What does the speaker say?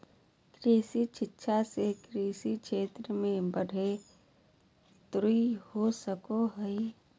कृषि शिक्षा से कृषि क्षेत्र मे बढ़ोतरी हो सको हय